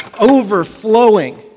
overflowing